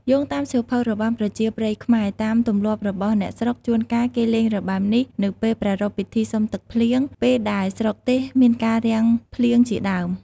យោងតាមសៀវភៅរបាំប្រជាប្រិយខ្មែរ តាមទំលាប់របស់អ្នកស្រុក ជួនកាលគេលេងរបាំនេះ នៅពេលប្រារព្ធពិធីសុំទឹកភ្លៀង ពេលដែលស្រុកទេសមានការរាំងភ្លៀងជាដើម។